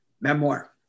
memoir